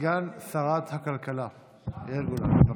סגן שרת הכלכלה יאיר גולן, בבקשה.